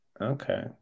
Okay